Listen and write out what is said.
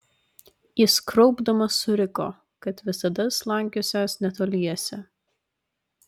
jis kraupdamas suriko kad visada slankiosiąs netoliese